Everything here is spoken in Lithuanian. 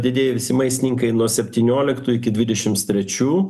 didieji visi maistininkai nuo septynioliktų iki dvidešimt trečių